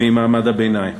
ומעמד הביניים.